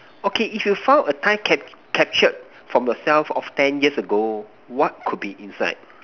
okay if you found a time cap~ captured from yourself of ten years ago what could be inside